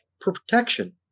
protection